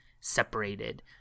separated